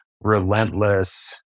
relentless